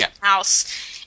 house